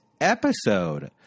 episode